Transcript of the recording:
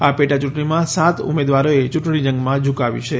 આ પેટાચૂંટણીમાં સાત ઉમેદવારોએ યૂંટણી જંગમાં ઝૂકાવ્યું છે